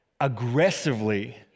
aggressively